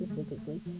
specifically